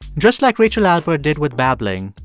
just like rachel albert did with babbling,